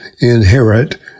inherit